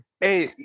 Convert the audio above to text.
Hey